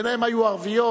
ביניהן היו ערביות,